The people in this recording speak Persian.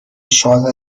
شاد